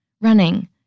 Running